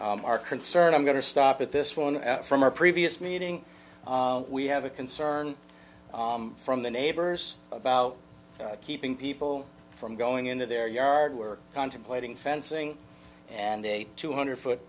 our concern i'm going to stop at this one from our previous meeting we have a concern from the neighbors about keeping people from going into their yard work contemplating fencing and a two hundred foot